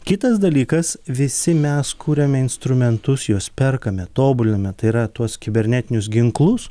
kitas dalykas visi mes kuriame instrumentus juos perkame tobuliname tai yra tuos kibernetinius ginklus